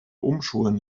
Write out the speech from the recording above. umschulen